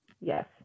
Yes